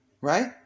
right